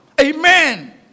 Amen